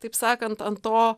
taip sakant ant to